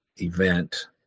event